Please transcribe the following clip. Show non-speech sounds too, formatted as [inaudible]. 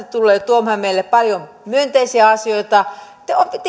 [unintelligible] tulee tuomaan meille paljon myönteisiä asioita